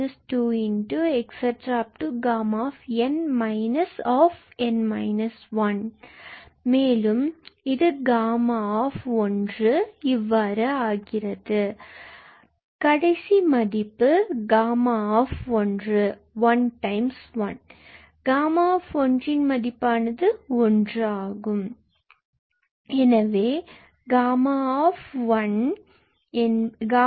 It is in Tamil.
Γ𝑛−𝑛−1 இவ்வாறு எழுதலாம் மேலும் இதுΓ இவ்வாறு ஆகும் Γ மதிப்பு கடைசியாக 1 times Γ Γ இன் மதிப்பானது இங்கு Γ𝑛𝑛−1𝑛−2